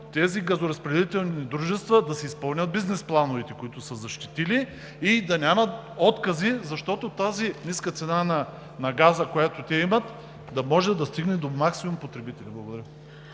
тези газоразпределителни дружества да си изпълнят бизнес плановете, които са защитили, и да няма откази, защото тази ниска цена на газа, която те имат, да може да стигне до максимум потребители. Благодаря.